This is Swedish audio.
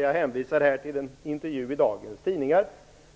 Jag hänvisar här till en intervju i dagens tidningar,